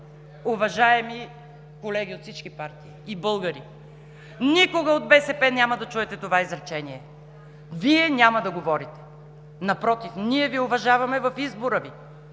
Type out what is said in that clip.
Уважаеми колеги от всички партии и българи, никога от БСП няма да чуете това изречение: „Вие няма да говорите“! Напротив, ние Ви уважаваме в избора да